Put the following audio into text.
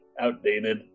outdated